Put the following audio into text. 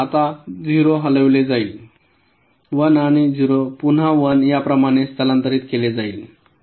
तर आता 0 हलविले जाईल 1 आणि 0 पुन्हा 1 याप्रमाणे स्थलांतरित केले जाईल